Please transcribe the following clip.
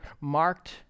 marked